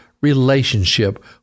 relationship